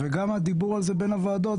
תצטרך להשלים עם זה שהתקנון עוד בתוקף,